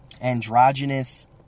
androgynous